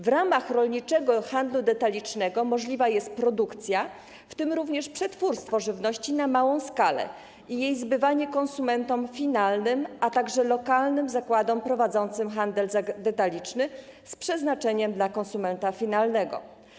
W ramach rolniczego handlu detalicznego możliwa jest produkcja, w tym również przetwórstwo żywności na małą skalę, i jej zbywanie konsumentom finalnym, a także lokalnym zakładom prowadzącym handel detaliczny z przeznaczeniem dla konsumenta finalnego.